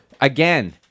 Again